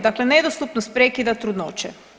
Dakle, nedostupnost prekida trudnoće.